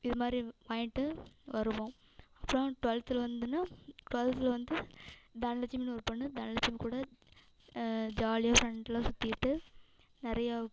இது மாதிரி வாங்கிட்டு வருவோம் அப்றம் டுவல்த்தில் வந்தோன்ன டுவெல்த்தில் வந்து தனலட்சுமினு ஒரு பொண்ணு தனலட்சுமி கூட ஜாலியாக ஃப்ரெண்டெல்லாம் சுற்றிக்கிட்டு நிறைய